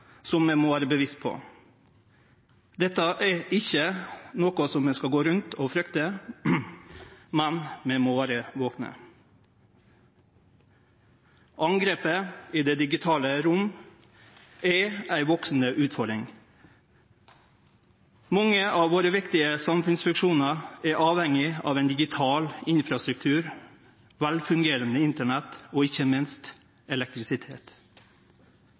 som vi må vere bevisste på. Dette er ikkje noko som vi skal gå rundt og frykte, men vi må vere vakne. Angrepet i det digitale rommet er ei veksande utfordring. Mange av våre viktige samfunnsfunksjonar er avhengige av ein digital infrastruktur, eit velfungerande internett og ikkje minst elektrisitet.